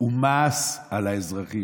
הוא מס על האזרחים.